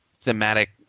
thematic